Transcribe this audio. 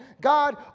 God